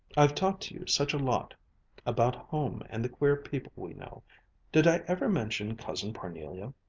i've talked to you such a lot about home and the queer people we know did i ever mention cousin parnelia?